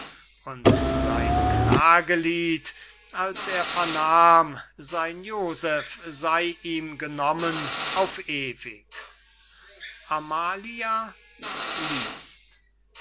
und sein klage lied als er vernahm sein joseph sey ihm genommen auf ewig amalia